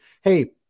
Hey